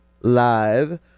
live